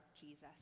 Jesus